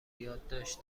یادداشت